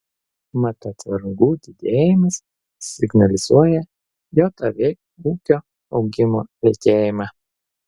mat atsargų didėjimas signalizuoja jav ūkio augimo lėtėjimą